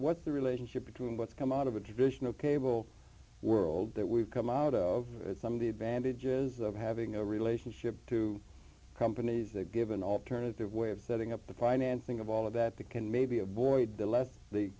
what the relationship between what's come out of a traditional cable world that we've come out of some of the advantages of having a relationship to companies that give an alternative way of setting up the plan and think of all of that the can maybe avoid the less the